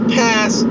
pass